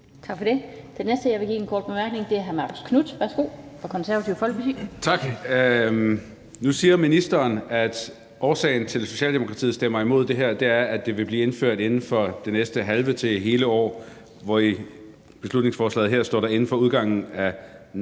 Tak for det. Den næste, jeg vil give en kort bemærkning, er hr. Marcus Knuth fra Konservative Folkeparti. Værsgo. Kl. 14:53 Marcus Knuth (KF): Tak. Nu siger ministeren, at årsagen til, at Socialdemokratiet stemmer imod det her, er, at det vil blive indført inden for det næste halve til hele år, hvorimod der i beslutningsforslaget her står inden udgangen af